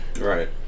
Right